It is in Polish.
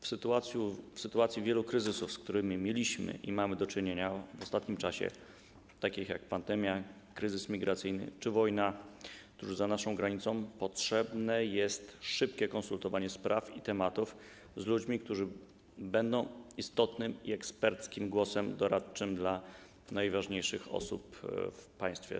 W sytuacji wielu kryzysów, z którymi mieliśmy i mamy do czynienia w ostatnim czasie, takich jak pandemia, kryzys migracyjny czy wojna tuż za naszą granicą, potrzebne jest szybkie konsultowanie spraw i tematów z ludźmi, którzy będą istotnym i eksperckim głosem doradczym dla najważniejszych osób w państwie.